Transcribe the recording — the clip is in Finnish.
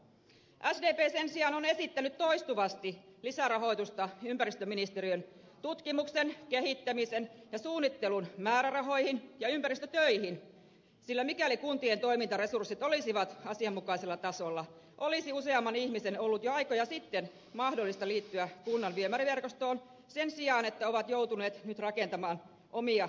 sdp sen sijaan on esittänyt toistuvasti lisärahoitusta ympäristöministeriön tutkimuksen kehittämisen ja suunnittelun määrärahoihin ja ympäristötöihin sillä mikäli kuntien toimintaresurssit olisivat asianmukaisella tasolla olisi useamman ihmisen ollut jo aikoja sitten mahdollista liittyä kunnan viemäriverkostoon sen sijaan että ovat joutuneet nyt rakentamaan omia järjestelmiään